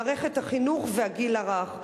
מערכת החינוך והגיל הרך.